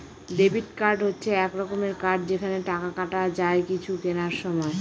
debit card হচ্ছে এক রকমের কার্ড যেখানে টাকা কাটা যায় কিছু কেনার সময়